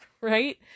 right